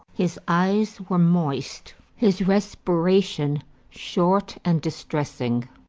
his eyes were moist, his respiration short and distressing.